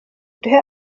duhe